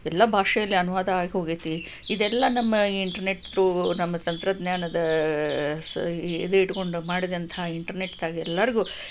ಎಲ್ಲ ಭಾಷೆಯಲ್ಲಿ ಅನುವಾದ ಆಗಿ ಹೋಗೈತಿ ಇದೆಲ್ಲ ನಮ್ಮ ಇಂಟರ್ನೆಟ್ ತ್ರೂ ನಮ್ಮ ತಂತ್ರಜ್ಞಾನದ ಇದಿಟ್ಕೊಂಡು ಮಾಡಿದಂಥ ಇಂಟರ್ನೆಟ್ಗಾಗಿ ಎಲ್ಲರ್ಗೂ